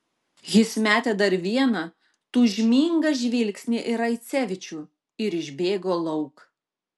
jis metė dar vieną tūžmingą žvilgsnį į raicevičių ir išbėgo lauk